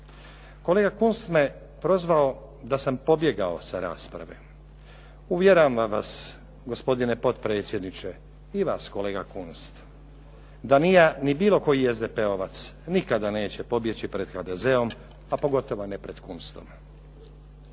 Kolega Kunst me prozvao da sam pobjegao sa rasprave. Uvjeravam vas gospodine potpredsjedniče, i vas kolega Kunst da ni ja ni bilo koji SDP-ovac nikada neće pobjeći pred HDZ-om, pa pogotovo ne pred Kunstom.